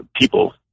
people